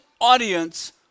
audience